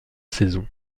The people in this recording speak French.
saison